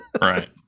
Right